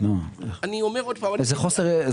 זכאי לתקציב שווה,